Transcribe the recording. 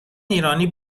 ایرانی